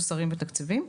מוסריים ותקציביים,